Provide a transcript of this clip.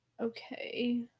Okay